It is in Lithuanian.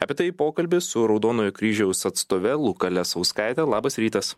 apie tai pokalbis su raudonojo kryžiaus atstove luka lesauskaite labas rytas